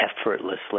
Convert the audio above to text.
effortlessly